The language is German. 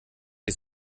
ich